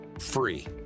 free